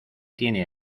tiene